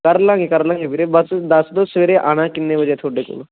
ਕਰ ਲਾਂਗੇ ਕਰ ਲਾਂਗੇ ਵੀਰੇ ਬਸ ਦੱਸ ਦੋ ਸਵੇਰੇ ਆਉਣਾ ਕਿੰਨੇ ਵਜੇ ਤੁਹਾਡੇ ਕੋਲ